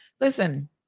Listen